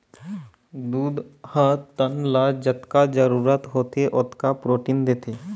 दूद ह तन ल जतका जरूरत होथे ओतका प्रोटीन देथे